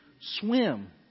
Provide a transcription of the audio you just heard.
Swim